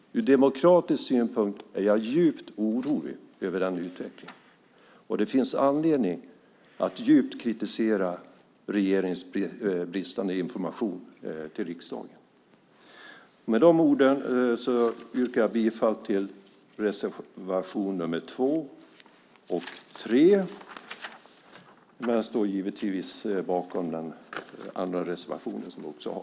Ur demokratisk synpunkt är jag djupt orolig över den utvecklingen. Det finns anledning att allvarligt kritisera regeringens bristande information till riksdagen. Med de orden yrkar jag bifall till reservation nr 2 och 3. Jag står givetvis bakom också den andra reservationen som vi har.